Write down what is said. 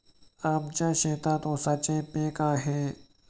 आमच्या शेतात ऊसाचे पीक आहे